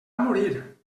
morir